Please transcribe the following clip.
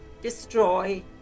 destroy